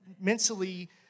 mentally